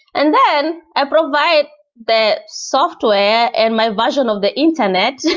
and then i provide the software and my version of the internet.